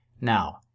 Now